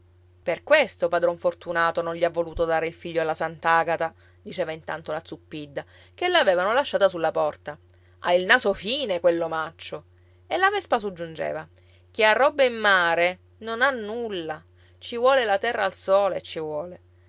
per questo padron fortunato non gli ha voluto dare il figlio alla sant'agata diceva intanto la zuppidda che l'avevano lasciata sulla porta ha il naso fine quell'omaccio e la vespa soggiungeva chi ha roba in mare non ha nulla ci vuole la terra al sole ci vuole